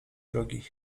drogi